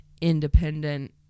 independent